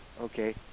okay